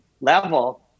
level